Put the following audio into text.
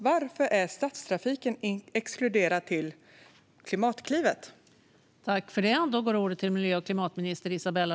Varför är stadstrafiken exkluderad i Klimatklivet?